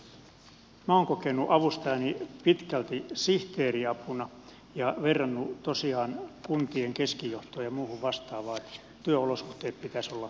minä olen kokenut avustajani pitkälti sihteeriapuna ja verrannut tosiaan kuntien keskijohtoon ja muuhun vastaavaan että työolosuhteiden pitäisi olla mahdollisimman hyvät